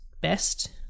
best